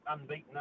unbeaten